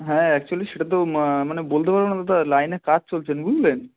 হ্যাঁ অ্যাকচুয়েলি সেটা তো মানে বলতে পারব না দাদা লাইনে কাজ চলছেন বুঝলেন